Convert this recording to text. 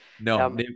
no